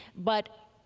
but,